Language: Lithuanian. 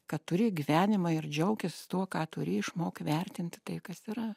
kad turi gyvenimą ir džiaukis tuo ką turi išmok vertinti tai kas yra